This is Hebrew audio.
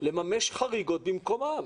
לממש חריגות במקומם.